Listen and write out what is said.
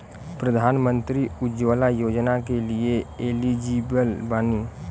प्रधानमंत्री उज्जवला योजना के लिए एलिजिबल बानी?